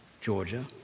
Georgia